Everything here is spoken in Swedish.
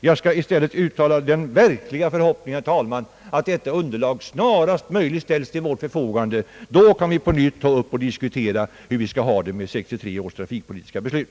Jag vill uttala den förhoppningen, herr talman, att detta underlag snarast möjligt ställs till vårt förfogande. Då kan vi på nytt ta upp frågan och diskutera hur vi skall ha det med 1963 års trafikpolitiska beslut.